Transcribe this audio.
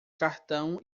cartão